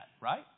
right